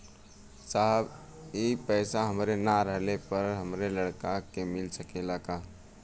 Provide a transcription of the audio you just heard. साहब ए पैसा हमरे ना रहले पर हमरे लड़का के मिल सकेला का?